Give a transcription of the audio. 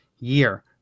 year